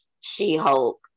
She-Hulk